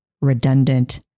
redundant